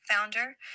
founder